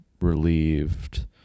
relieved